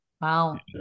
Wow